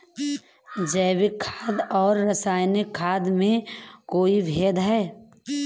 जैविक खाद और रासायनिक खाद में कोई भेद है?